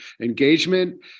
Engagement